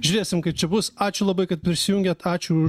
žiūrėsim kaip čia bus ačiū labai kad prisijungėt ačiū